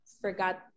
forgot